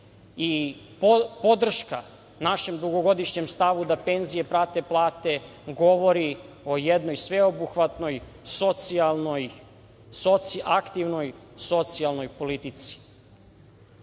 i podrška našem dugogodišnjem stavu da penzije prate plate, govori o jednoj sveobuhvatnoj socijalnoj, aktivnoj socijalnoj politici. Između